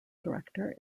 director